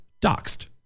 doxed